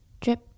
Drip